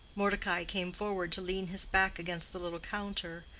mordecai came forward to lean his back against the little counter,